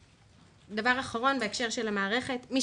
דבר אחרון בהקשר של המערכת, מי